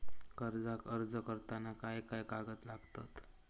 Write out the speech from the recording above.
कर्जाक अर्ज करताना काय काय कागद लागतत?